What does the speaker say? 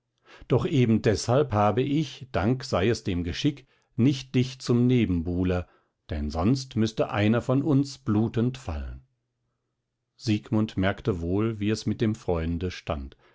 doch eben deshalb habe ich dank sei es dem geschick dich nicht zum nebenbuhler denn sonst müßte einer von uns blutend fallen siegmund merkte wohl wie es mit dem freunde stand